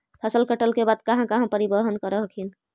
फसल कटल के बाद कहा कहा परिबहन कर हखिन?